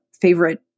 favorite